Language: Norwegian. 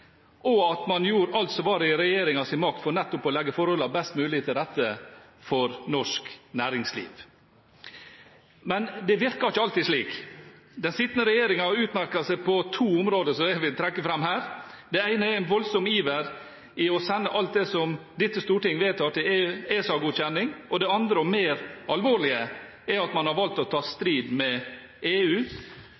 og at man gjorde alt som var i regjeringens makt for å legge forholdene best mulig til rette for norsk næringsliv. Men det virker ikke alltid slik. Den sittende regjeringen har utmerket seg på to områder som jeg vil trekke fram her. Det ene er en voldsom iver etter å sende alt det som dette storting vedtar, til ESA-godkjenning, og det andre – og mer alvorlige – er at man har valgt å ta strid med EU